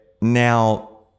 now